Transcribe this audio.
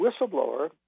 whistleblower